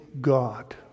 God